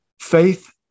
faith